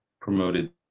promoted